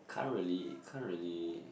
can't really can't really